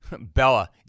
Bella